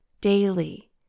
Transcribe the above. daily